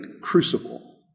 crucible